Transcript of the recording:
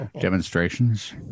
demonstrations